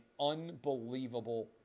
unbelievable